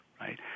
right